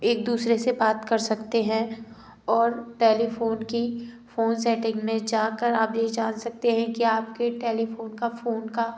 एक दूसरे से बात कर सकते हैं और टेलीफोन की फोन सेटिंग में जा कर आप भी जान सकते हैं कि आपके टेलीफोन का फोन का